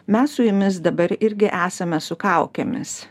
mes su jumis dabar irgi esame su kaukėmis